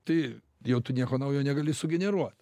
tai jau tu nieko naujo negali sugeneruot